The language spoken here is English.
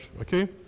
Okay